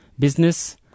business